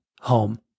home